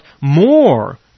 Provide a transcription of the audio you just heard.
more